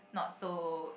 not so